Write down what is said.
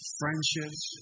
friendships